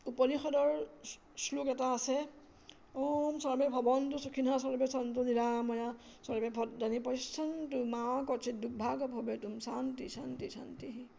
উপনিষদৰ শ্লোক এটা আছে ওম চৰ্বে ভৱনটো চুখীন হা চৰ্বে চন্দু নিৰাময়া ভালি পৰিচন্দ মা ক্ষ দুগভাগ ভৱে তু শান্তি শান্তি শান্তি